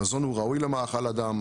המזון הוא ראוי למאכל אדם,